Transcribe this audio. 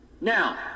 Now